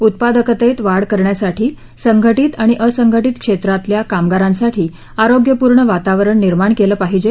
उत्पादकतेत वाढ करण्यासाठी संघटीत आणि असंघटीत क्षेत्रातल्या कामगारांसाठी आरोग्यपूर्ण वातावरण निर्माण केले पाहिजे